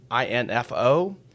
INFO